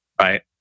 right